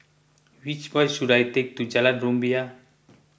which bus should I take to Jalan Rumbia